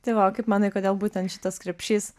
tai va o kaip manai kodėl būtent šitas krepšys